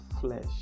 flesh